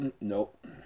Nope